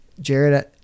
Jared